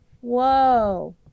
Whoa